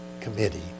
committee